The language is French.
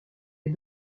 est